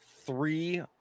three